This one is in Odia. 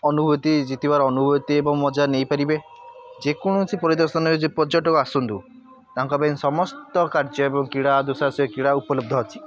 ଅନୁଭୂତି ଜିତିବାର ଅନୁଭୂତି ଏବଂ ମଜା ନେଇପାରିବେ ଯେକୌଣସି ପରିଦର୍ଶନରେ ଯେ ପର୍ଯ୍ୟଟକ ଆସନ୍ତୁ ତାଙ୍କ ପାଇଁ ସମସ୍ତ କାର୍ଯ୍ୟ ଏବଂ କ୍ରୀଡ଼ା ଦୁଃସାହସିକ କ୍ରୀଡ଼ା ଉପଲବ୍ଧ ଅଛି